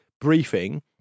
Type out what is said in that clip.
briefing